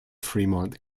fremont